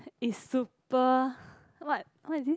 is super what what is this